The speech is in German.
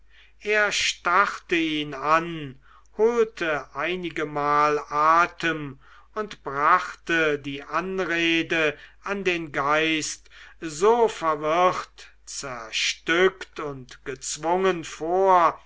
er starrte ihn an holte einigemal atem und brachte die anrede an den geist so verwirrt zerstückt und gezwungen vor